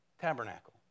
tabernacle